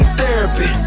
therapy